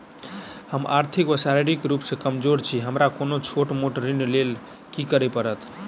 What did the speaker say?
हम आर्थिक व शारीरिक रूप सँ कमजोर छी हमरा कोनों छोट मोट ऋण लैल की करै पड़तै?